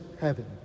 heaven